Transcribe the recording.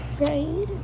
Right